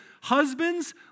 husbands